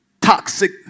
toxic